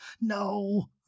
No